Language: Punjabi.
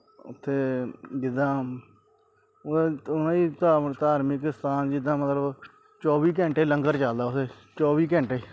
ਉੱਥੇ ਜਿੱਦਾਂ ਉਹਨਾਂ ਦੀ ਉਹਨਾਂ ਦੀ ਧਾਰਮਿਕ ਧਾਰਮਿਕ ਸਥਾਨ ਜਿੱਦਾਂ ਮਤਲਬ ਚੌਵੀ ਘੰਟੇ ਲੰਗਰ ਚਲਦਾ ਉੱਥੇ ਚੌਵੀ ਘੰਟੇ